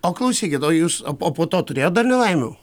o klausykit o jūs o po to turėjot dar nelaimių